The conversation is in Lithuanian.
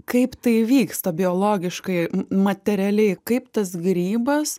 kaip tai vyksta biologiškai materialiai kaip tas grybas